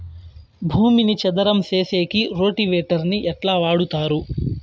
భూమిని చదరం సేసేకి రోటివేటర్ ని ఎట్లా వాడుతారు?